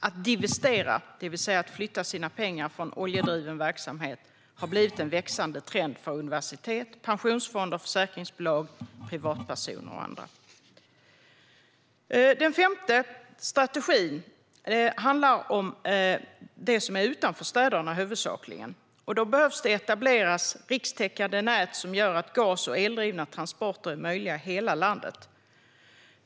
Att divestera, det vill säga att flytta sina pengar från oljedriven verksamhet, har blivit en växande trend för universitet, pensionsfonder, försäkringsbolag, privatpersoner och andra. Den femte strategin handlar om det som huvudsakligen finns utanför städerna. Då behöver rikstäckande nät etableras som gör att gas och eldrivna transporter är möjliga i hela landet.